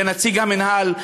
לנציג המינהל,